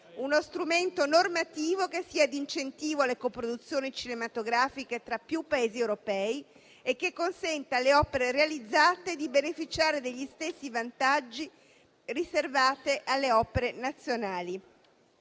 uno strumento normativo che sia di incentivo alle coproduzioni cinematografiche tra più Paesi europei e che consenta alle opere realizzate di beneficiare degli stessi vantaggi riservati alle opere nazionali.